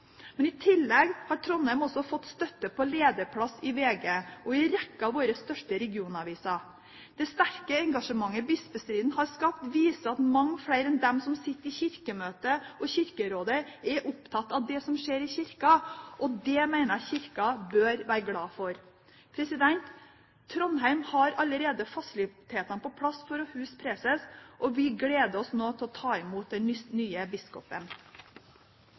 I tillegg har Trondheim også fått støtte på lederplass i VG og i en rekke av våre største regionaviser. Det sterke engasjementet bispestriden har skapt, viser at mange flere enn dem som sitter i Kirkemøtet og Kirkerådet, er opptatt av det som skjer i Kirken. Det mener jeg Kirken bør være glad for. Trondheim har allerede fasilitetene på plass for å huse preses, og vi gleder oss nå til å ta imot den nye biskopen.